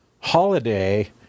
holiday